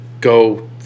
go